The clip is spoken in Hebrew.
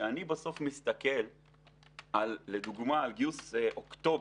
כשאני בסוף מסתכל לדוגמה על גיוס אוקטובר,